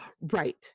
Right